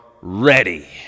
ready